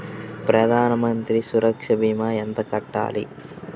ప్రధాన మంత్రి సురక్ష భీమా ఎంత కట్టాలి?